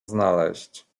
znaleźć